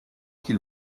qu’il